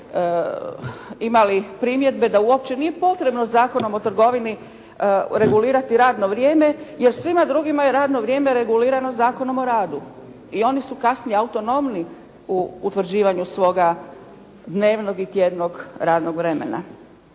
imali primjedbe da uopće nije potrebno Zakonom o trgovini regulirati radno vrijeme, jer svima drugima je radno vrijeme regulirano Zakonom o radu i oni su kasnije autonomni u utvrđivanju svoga dnevnog i tjednog radnog vremena.